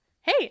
hey